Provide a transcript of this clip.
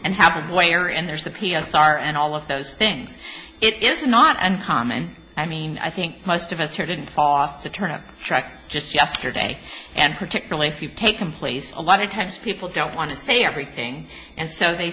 r and all of those things it is not uncommon i mean i think most of us here didn't fall off the turnip truck just yesterday and particularly if you've taken place a lot of times people don't want to say everything and so they